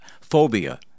phobia